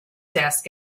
desk